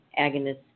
agonists